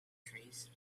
trees